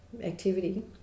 activity